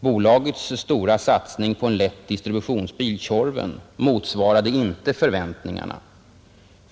——— Bolagets stora satsning på en lätt distributionsbil, Tjorven, motsvarande inte förväntningarna.